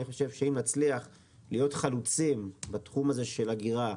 אני חושב שאם נצליח להיות חלוצים בתחום הזה של אגירה,